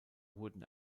wurden